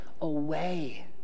away